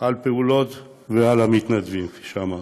על הפעולות ועל המתנדבים, כפי שאמרתי.